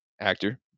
actor